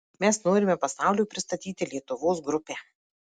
mes norime pasauliui pristatyti lietuvos grupę